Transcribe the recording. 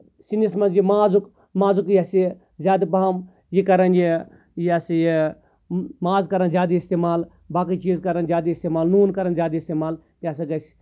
سِنِس منٛز یہِ مازُک مازُک یہِ سا یہِ زیادٕ پَہم یہِ کران یہِ یہِ ہسا یہِ ماز کرن زیادٕ اِستعمال باقٕے چیٖز کرن زیادٕ اِستعمال نوٗن کرن زیادٕ اِستعمال یہِ ہسا گژھِ